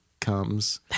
comes